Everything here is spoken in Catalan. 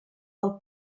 del